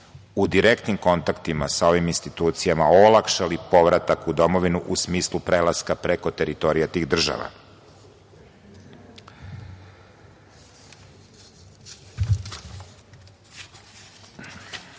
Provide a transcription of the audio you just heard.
u direktnim kontaktima sa ovim institucijama, olakšali povratak u domovinu u smislu prelaska preko teritorije tih država. Krajem